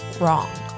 wrong